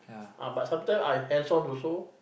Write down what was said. ah but sometime I hands on also